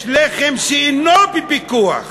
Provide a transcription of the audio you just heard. יש לחם שאינו בפיקוח.